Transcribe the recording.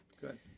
good